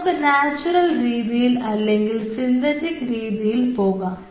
നമുക്ക് നാച്ചുറൽ രീതിയിൽ അല്ലെങ്കിൽ സിന്തറ്റിക് രീതിയിൽ പോകാം